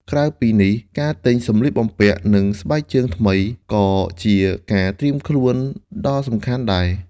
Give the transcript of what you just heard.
ក្រៅពីនេះ ការ ទិញសម្លៀកបំពាក់និងស្បែកជើងថ្មី ក៏ជាការត្រៀមខ្លួនដ៏សំខាន់ដែរ។